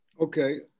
Okay